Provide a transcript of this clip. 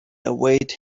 await